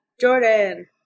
Jordan